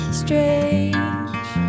strange